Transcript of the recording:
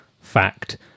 fact